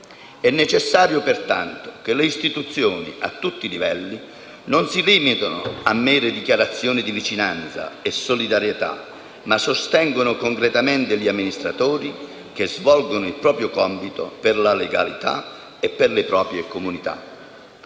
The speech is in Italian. È necessario pertanto che le istituzioni, a tutti i livelli, non si limitino a mere dichiarazioni di vicinanza e solidarietà, ma sostengano concretamente gli amministratori che svolgono il proprio compito per la legalità e per le proprie comunità.